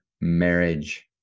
marriage